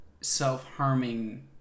self-harming